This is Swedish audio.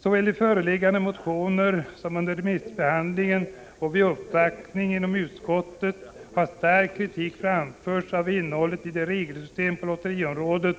Såväl i föreliggande motioner som under remissbehandlingen och vid uppvaktning i utskottet har stark kritik framförts av innehåll att regelsystemet på lotteriområdet,